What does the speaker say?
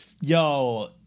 Yo